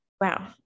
Wow